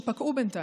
שפקעו בינתיים.